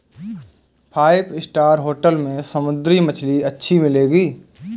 five star hotel में समुद्री मछली अच्छी मिलेंगी